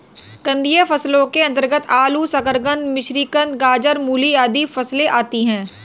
कंदीय फसलों के अंतर्गत आलू, शकरकंद, मिश्रीकंद, गाजर, मूली आदि फसलें आती हैं